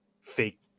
fake